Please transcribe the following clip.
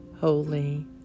Holy